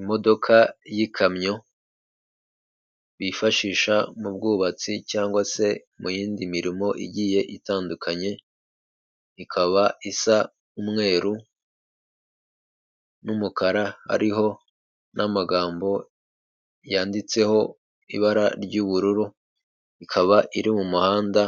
Imodoka y'ikamyo bifashisha mu bwubatsi cyangwa se mu yindi mirimo igiye itandukanye, ikaba isa umweru n'umukara, hariho n'amagambo yanditseho ibara ry'ubururu, ikaba iri mu muhanda.